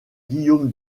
guillaume